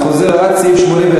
אני חוזר: עד סעיף 81,